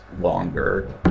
longer